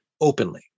openly